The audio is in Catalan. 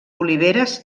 oliveres